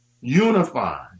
unify